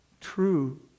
True